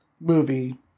movie